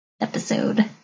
episode